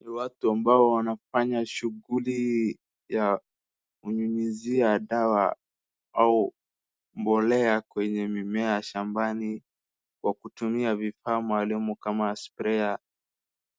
Ni watu ambao wanafanya shughuli ya kunyunyizia dawa au mbolea kwenye mimea shambani kwa kutumia vifaa maalum kama sprayer .